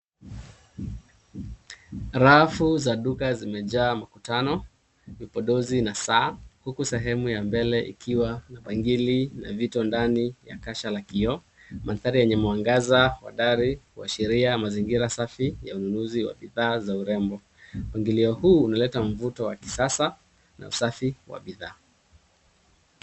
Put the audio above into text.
Rafu za duka zimejaa mkutano, vipodozi na saa huku sehemu ya mbele ikiwa na bangili na vito ndani ya kasha la kioo, mandhari yenye mwangaza wa dari huashiria mazingira safi ya ununuzi wa bidhaa za urembo. Mpangilio huu una leta mvuto wa kisasa na usafi wa bidhaa.